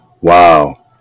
Wow